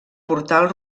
portal